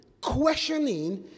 questioning